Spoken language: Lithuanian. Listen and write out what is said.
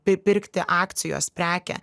pi pirkti akcijos prekę